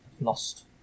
lost